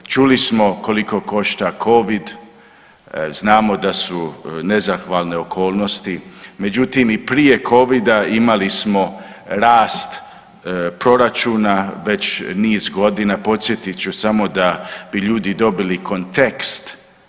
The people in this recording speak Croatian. Čuli smo koliko košta covid, znamo da su nezahvalne okolnosti, međutim i prije covida imali smo rast proračuna već niz godina, podsjetit ću samo da bi ljudi dobili kontekst.